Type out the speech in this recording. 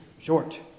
short